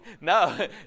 No